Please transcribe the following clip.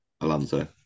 Alonso